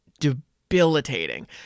debilitating